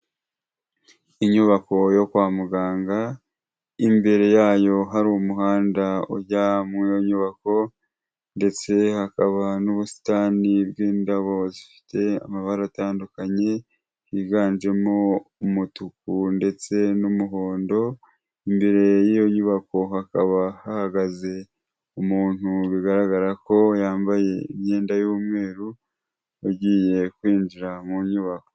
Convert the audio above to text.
Inyubako yo kwa muganga, imbere yayo hari umuhanda ujya mu iyo nyubako ndetse hakaba n'ubusitani bw'indabo zifite amabara atandukanye, higanjemo umutuku ndetse n'umuhondo, imbere y'iyo nyubako hakaba hahagaze umuntu bigaragara ko yambaye imyenda y'umweru, ugiye kwinjira mu nyubako.